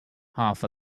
half